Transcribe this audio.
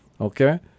Okay